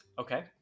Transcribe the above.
okay